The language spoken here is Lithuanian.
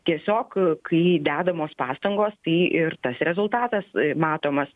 tiesiog kai dedamos pastangos tai ir tas rezultatas matomas